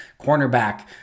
cornerback